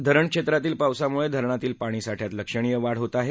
धरणाक्षेत्रातील पावसामुळे धरणातील पाणीसाठयात लक्षणीय वाढ होत आहे